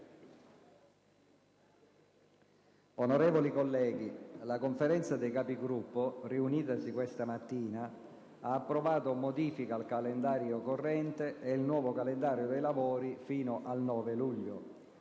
Onorevoli colleghi, la Conferenza dei Capigruppo, riunitasi questa mattina, ha approvato modifiche al calendario corrente e il nuovo calendario dei lavori fino al 9 luglio.